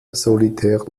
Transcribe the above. solitär